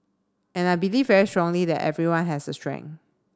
and I believe very strongly that everyone has a strength